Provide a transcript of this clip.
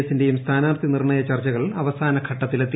എസിന്റേയും സ്ഥാനാർഥി നിർണയ ചർച്ചകൾ അവസാനഘട്ടത്തിലെത്തി